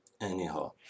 Anyhow